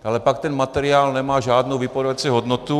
Ale pak ten materiál nemá žádnou vypovídací hodnotu.